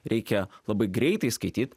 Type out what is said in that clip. reikia labai greitai skaityt